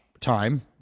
time